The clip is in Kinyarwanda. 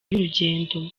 y’urugendo